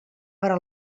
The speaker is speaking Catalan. però